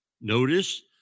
Notice